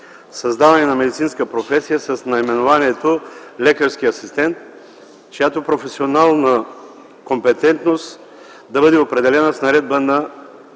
създаване на медицинска професия с наименованието „лекарски асистент”, чиято професионална компетентност да бъде определена с наредба на